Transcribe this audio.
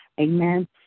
Amen